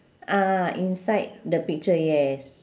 ah inside the picture yes